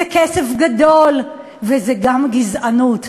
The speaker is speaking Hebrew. זה כסף גדול, וזה גם גזענות.